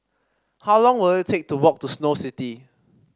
how long will it take to walk to Snow City